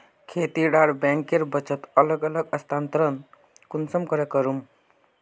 खेती डा बैंकेर बचत अलग अलग स्थानंतरण कुंसम करे करूम?